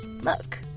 Look